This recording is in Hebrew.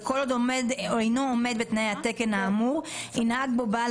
וכל עוד אינו עומד בתנאי התקן האמור ינהג בו בעל